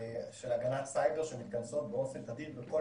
של הגנת סייבר שמתכנסות באופן תדיר בכל